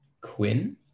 Quinn